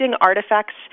artifacts